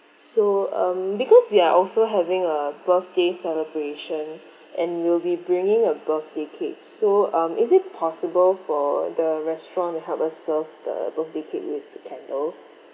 so um because we are also having a birthday celebration and we'll be bringing a birthday cake so um is it possible for the restaurant to help us serve the birthday cake with the candles